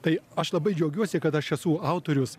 tai aš labai džiaugiuosi kad aš esu autorius